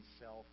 self